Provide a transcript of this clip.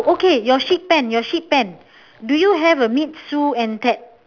okay your sheep pen your sheep pen do you have a meet sue and ted